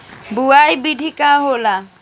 बुआई विधि का होला?